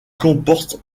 comporte